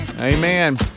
Amen